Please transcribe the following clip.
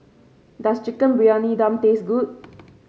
does Chicken Briyani Dum taste good